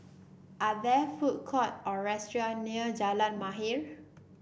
are there food court or restaurant near Jalan Mahir